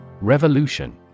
Revolution